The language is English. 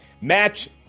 match